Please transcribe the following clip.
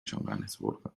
johannesburgo